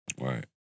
Right